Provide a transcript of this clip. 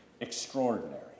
Extraordinary